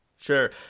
sure